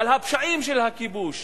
על הפשעים של הכיבוש